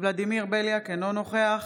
ולדימיר בליאק, אינו נוכח